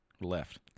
Left